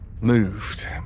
moved